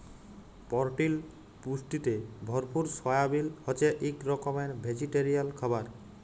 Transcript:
পরটিল পুষ্টিতে ভরপুর সয়াবিল হছে ইক রকমের ভেজিটেরিয়াল খাবার